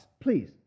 please